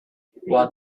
what